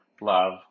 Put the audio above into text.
love